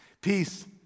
Peace